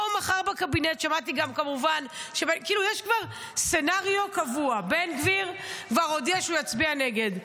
יש כבר סצנריו קבוע: בן גביר כבר הודיע שהוא יצביע נגד.